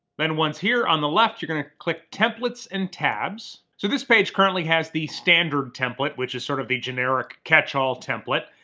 then once here, on the left, you're gonna click templates and tabs. so this page currently has the standard template, which is sort of the generic, catch-all template,